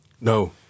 No